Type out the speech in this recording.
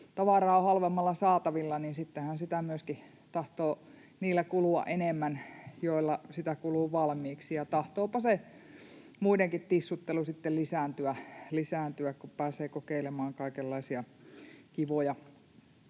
tavaraa on halvemmalla saatavilla, niin sittenhän sitä myöskin tahtoo kulua enemmän niillä, joilla sitä kuluu valmiiksi, ja tahtoopa se muidenkin tissuttelu sitten lisääntyä, kun pääsee kokeilemaan kaikenlaisia kivoja